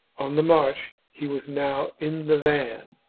on the march he was now in the van,